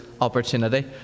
opportunity